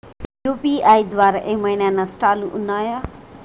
UPI ద్వారా ఏమైనా నష్టాలు ఉన్నయా?